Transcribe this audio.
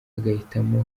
agahitamo